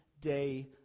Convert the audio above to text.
day